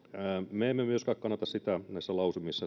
me emme myöskään kannata sitä näissä lausumissa